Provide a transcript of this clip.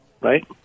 right